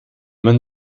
man